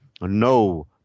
no